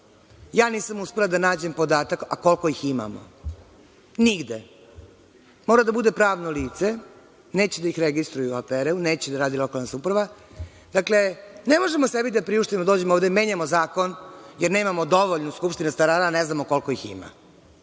Ja nisam uspela da nađem podatak, a koliko ih imamo. Nigde. Mora da bude pravno lice, neće da ih registruju u APR, neće da radi lokalna samouprava. Dakle, ne možemo sebi da priuštimo da dođemo da menjamo zakon, jer nemamo dovoljno skupštine stanara, a ne znamo koliko ih ima.I